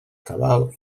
cabal